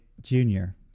Junior